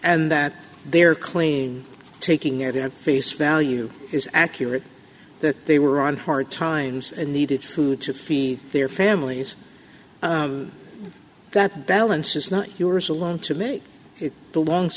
and that their claim taking it at face value is accurate that they were on hard times and needed food to feed their families that balance is not yours alone to make it belongs